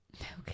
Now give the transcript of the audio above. okay